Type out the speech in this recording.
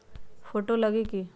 Photo लगी कि?